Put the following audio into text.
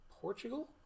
Portugal